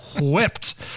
whipped